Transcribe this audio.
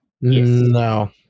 No